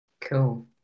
Cool